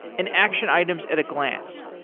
and action items at a glance.